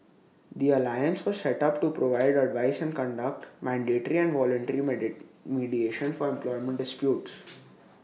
the alliance was set up to provide advice and conduct mandatory and voluntary mediation for employment disputes